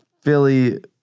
Philly